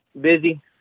busy